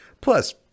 Plus